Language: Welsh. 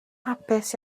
hapus